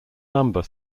number